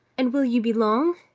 and will you be long?